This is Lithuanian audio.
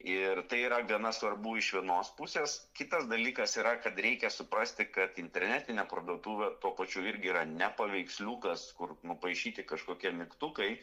ir tai yra gana svarbu iš vienos pusės kitas dalykas yra kad reikia suprasti kad internetinė parduotuvė tuo pačiu irgi yra ne paveiksliukas kur nupaišyti kažkokie mygtukai